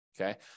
Okay